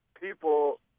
People